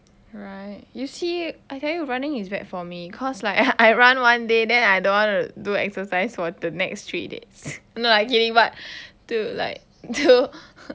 right you see I tell you running is bad for me cause like I run one day then I don't want to do exercise for the next three days no lah kidding but to like to